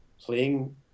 playing